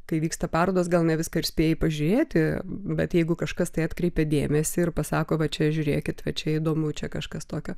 kai vyksta parodos gal ne viską ir spėji pažiūrėti bet jeigu kažkas tai atkreipia dėmesį ir pasako va čia žiūrėkite va čia įdomu čia kažkas tokio